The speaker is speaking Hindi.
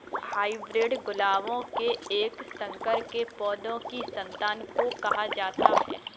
हाइब्रिड गुलाबों के एक संकर के पौधों की संतान को कहा जाता है